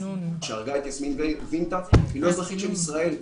היא לא אזרחית של ישראל.